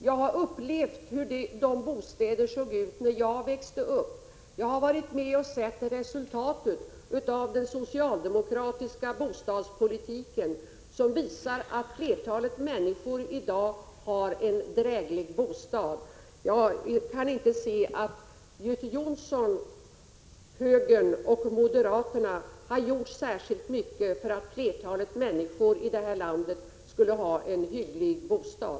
Jag har upplevt hur dåliga bostäderna var när jag växte upp, och jag har varit med och sett resultatet av den socialdemokratiska bostadspolitiken, som lett till att flertalet människor i dag har en dräglig bostad. Jag kan inte se att Göte Jonsson, högern och numera moderaterna har gjort särskilt mycket för att flertalet människor i det här landet skall få en hygglig bostad.